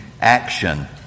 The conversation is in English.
action